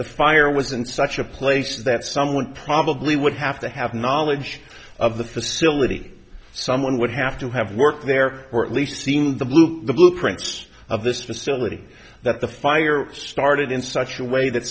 the fire was in such a place that someone probably would have to have knowledge of the facility someone would have to have worked there or at least seen the blue the blueprints of this facility that the fire started in such a way that